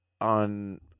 on